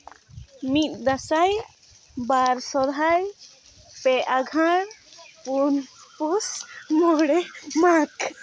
ᱢᱤᱫ ᱫᱟᱸᱥᱟᱭ ᱵᱟᱨ ᱥᱚᱨᱦᱟᱭ ᱯᱮ ᱟᱸᱜᱷᱟᱬ ᱯᱩᱱ ᱯᱩᱥ ᱢᱚᱬᱮ ᱢᱟᱜᱽ